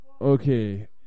Okay